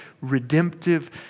redemptive